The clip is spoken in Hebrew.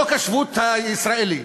השבות הישראלי.